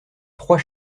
trois